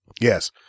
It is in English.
Yes